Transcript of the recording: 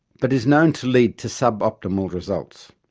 but is known to lead to suboptimal results.